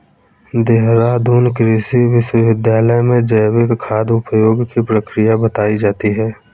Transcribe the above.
देहरादून कृषि विश्वविद्यालय में जैविक खाद उपयोग की प्रक्रिया बताई जाती है